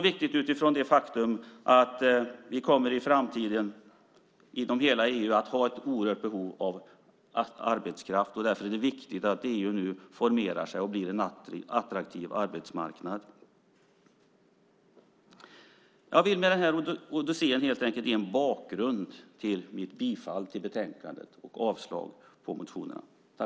Vi kommer i framtiden inom hela EU att ha ett oerhört behov av arbetskraft, och därför är det viktigt att EU nu formerar sig och blir en attraktiv arbetsmarknad. Med den här odyssén vill jag helt enkelt ge en bakgrund till att jag yrkar bifall till utskottets förslag och avslag på motionerna.